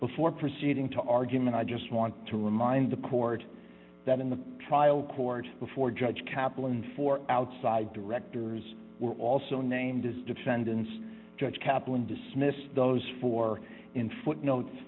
before proceeding to argument i just want to remind the court that in the trial court before judge kaplan four outside directors were also named as defendants judge kaplan dismissed those four in footnotes